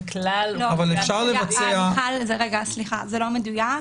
זה כלל אוכלוסיית --- זה לא מדויק.